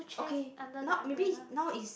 okay not maybe now is